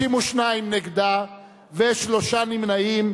62 נגדה ושלושה נמנעים.